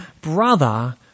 brother